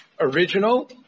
original